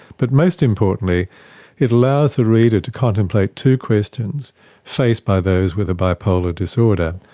but most importantly it allows the reader to contemplate two questions faced by those with a bipolar disorder.